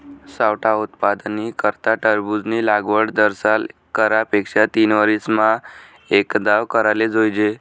सावठा उत्पादननी करता टरबूजनी लागवड दरसाल करा पेक्षा तीनवरीसमा एकदाव कराले जोइजे